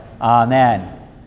Amen